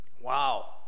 Wow